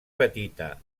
petita